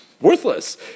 worthless